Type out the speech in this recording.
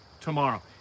tomorrow